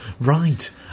Right